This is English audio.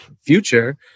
future